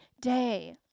day